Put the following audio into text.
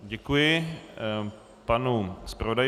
Děkuji panu zpravodaji.